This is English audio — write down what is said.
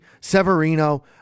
Severino